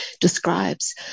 describes